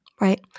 Right